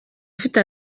afite